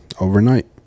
Overnight